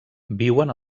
viuen